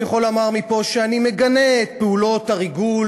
אני יכול לומר מפה שאני מגנה את פעולות הריגול